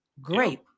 Great